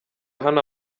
hano